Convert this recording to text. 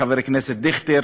חבר הכנסת דיכטר,